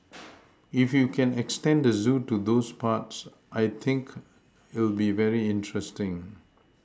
if you can extend the zoo to those parts I think it'll be very interesting